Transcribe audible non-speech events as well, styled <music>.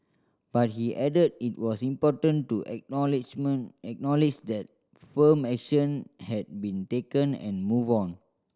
but he added it was important to <unintelligible> acknowledge that firm action had been taken and move on